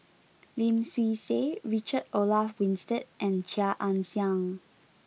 Lim Swee Say Richard Olaf Winstedt and Chia Ann Siang